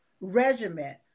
regiment